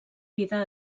vida